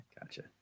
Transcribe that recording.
Gotcha